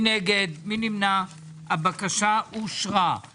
אני אמסור את זה לנוגעים בדבר.